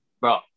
bro